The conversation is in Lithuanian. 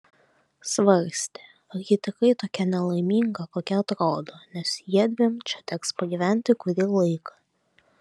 svarstė ar ji tikrai tokia nelaiminga kokia atrodo nes jiedviem čia teks pagyventi kurį laiką